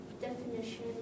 Definition